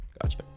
Gotcha